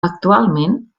actualment